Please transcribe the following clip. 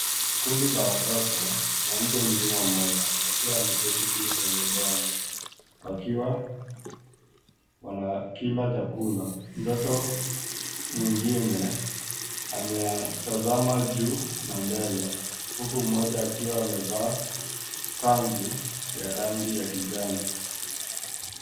Kundi la watoto na mtu mzima mmoja, wakiwa wameketi chini kwenye udongo, wakiwa wanakila chakula. Mtoto mwengine ametazama juu na mbele, huku mmoja akiwa amevaa kanzu ya rangi ya kijani.